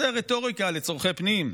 זו רטוריקה לצורכי פנים.